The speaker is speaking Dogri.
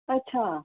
अच्छा